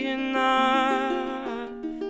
enough